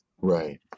Right